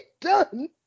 done